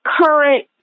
current